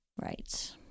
right